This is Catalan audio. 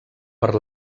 per